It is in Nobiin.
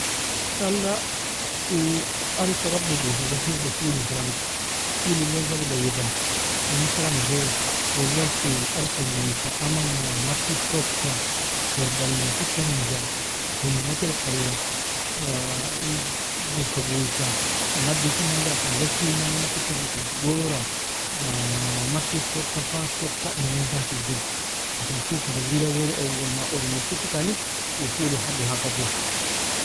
Tala uu arita برضو gushe jahizru fulin karamido fuli ilain gabilao iwirdangi inin karamido uwalk uu arita gushe amanga marti soka torbalinga kutamenja hima terekala uu gurka gushe naddefinan dakan gashi ina mana kutafika gora marti soka fa soka ingentan tigjilu عشان fulka bedril ewailu uwolma ormin sukikani uu fuli habi ha kadilu.